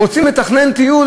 רוצים לתכנן טיול?